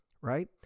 right